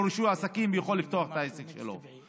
רישוי עסקים ויוכל לפתוח את העסק שלו.